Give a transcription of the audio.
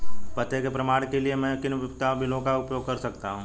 पते के प्रमाण के लिए मैं किन उपयोगिता बिलों का उपयोग कर सकता हूँ?